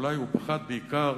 אולי הוא פחד בעיקר